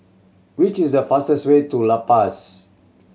which is the fastest way to La Paz